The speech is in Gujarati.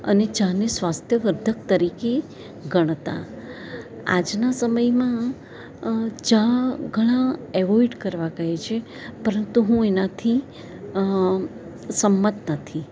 અને ચા ને સ્વાસ્થ્યવર્ધક તરીકે ગણતા આજના સમયમાં ચા ઘણા એવોઈડ કરવા કહે છે પરંતુ હું એનાથી સંમત નથી